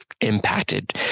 impacted